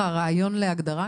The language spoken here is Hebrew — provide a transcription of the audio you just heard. רעיון להגדרה?